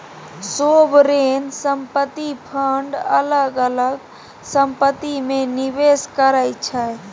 sovereign संपत्ति fund अलग अलग संपत्ति मे निबेस करै छै